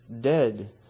dead